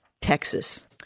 Texas